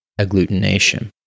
agglutination